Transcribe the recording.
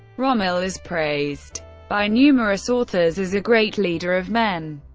rommel is praised by numerous authors as a great leader of men.